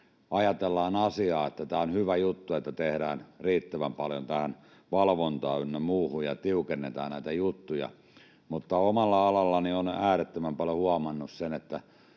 ajatellaan asiaa, että tämä on hyvä juttu, että tehdään riittävän paljon tähän valvontaan ynnä muuhun ja tiukennetaan näitä juttuja, mutta omalla alallani olen äärettömän paljon huomannut sitä, että